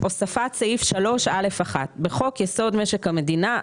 הוספת סעיף 3א1 1. בחוק-יסוד: משק המדינה,